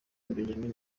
benjamin